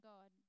God